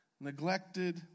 neglected